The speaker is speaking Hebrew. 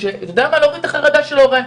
ולהוריד את החרדה של ההורים,